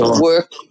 work